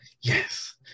yes